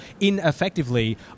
ineffectively